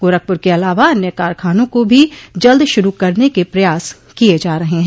गोरखपुर के अलावा अन्य कारखानों को भी जल्द शुरू करने के प्रयास किये जा रहे हैं